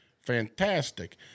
fantastic